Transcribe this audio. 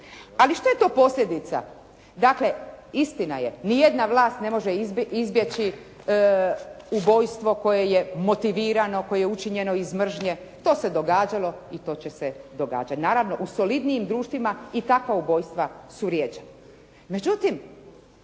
Ali šta je to posljedica? Dakle istina je, nijedna vlast ne može izbjeći ubojstvo koje je motivirano, koje je učinjeno iz mržnje. To se događalo i to će se događati. Naravno u solidnijim društvima i takva ubojstva su rjeđa.